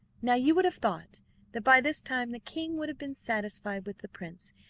now you would have thought that by this time the king would have been satisfied with the prince,